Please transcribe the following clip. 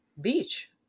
beach